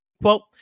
Quote